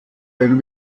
ein